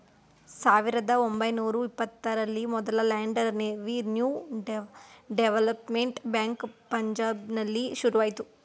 ಸಾವಿರದ ಒಂಬೈನೂರ ಇಪ್ಪತ್ತರಲ್ಲಿ ಮೊದಲ ಲ್ಯಾಂಡ್ ರೆವಿನ್ಯೂ ಡೆವಲಪ್ಮೆಂಟ್ ಬ್ಯಾಂಕ್ ಪಂಜಾಬ್ನಲ್ಲಿ ಶುರುವಾಯ್ತು